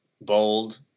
bold